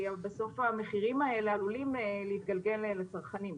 כי בסוף המחירים האלה עלולים להתגלגל לצרכנים,